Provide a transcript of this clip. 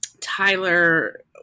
tyler